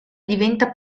diventa